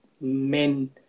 men